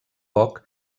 poc